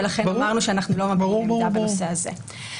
ולכן אמרנו שאנחנו לא מביעים עמדה בנושא הזה.